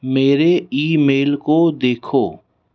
मेरे ईमेल को देखो